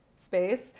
space